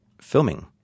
filming